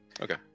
Okay